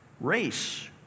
Race